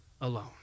alone